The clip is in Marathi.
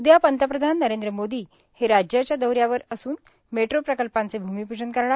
उदया पंतप्रधान नरेंद्र मोदी हे राज्याच्या दौऱ्यावर मेट्रो प्रकल्पांचे भूमिप्जन करणार